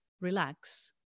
relax